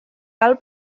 cal